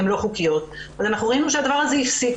הן לא חוקית אנחנו ראינו שהדבר הזה הפסיק.